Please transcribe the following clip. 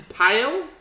pale